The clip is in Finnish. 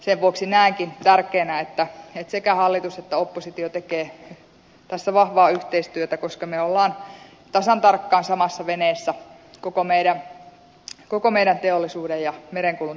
sen vuoksi näenkin tärkeänä että sekä hallitus että oppositio tekee tässä vahvaa yhteistyötä koska me olemme tasan tarkkaan samassa veneessä koko meidän teollisuuden ja merenkulun tulevaisuuden kanssa